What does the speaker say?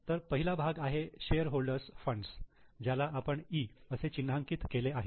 तर पहिला भाग आहे share holders fund shareholders' funds ज्याला आपण 'E' असे चिन्हांकित केले आहे